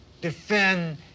defend